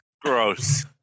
Gross